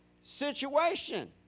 situation